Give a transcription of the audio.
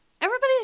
everybody's